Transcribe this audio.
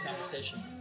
conversation